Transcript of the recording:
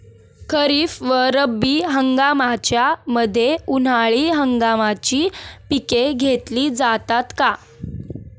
खरीप व रब्बी हंगामाच्या मध्ये उन्हाळी हंगामाची पिके घेतली जातात का?